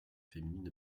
féminines